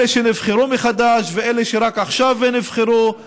אלה שנבחרו מחדש ואלה שרק עכשיו נבחרו,